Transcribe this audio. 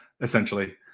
essentially